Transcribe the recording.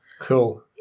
Cool